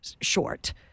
short